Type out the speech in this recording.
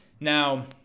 Now